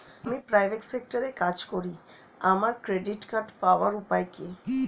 আমি প্রাইভেট সেক্টরে কাজ করি আমার ক্রেডিট কার্ড পাওয়ার উপায় কি?